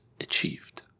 achieved